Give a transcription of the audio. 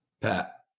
Pat